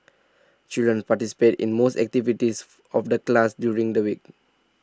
children participate in most activities of the class during the week